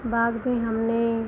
बाग में हमने